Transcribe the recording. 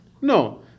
No